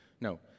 No